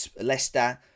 Leicester